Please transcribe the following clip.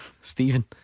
Stephen